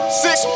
six